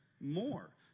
more